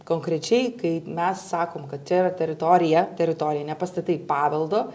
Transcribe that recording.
konkrečiai kai mes sakom kad čia yra teritorija teritorija ne pastatai paveldo